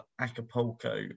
Acapulco